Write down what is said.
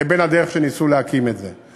לבין הדרך שבה ניסו להקים את זה.